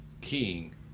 king